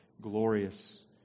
glorious